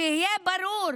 שיהיה ברור,